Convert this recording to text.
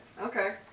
Okay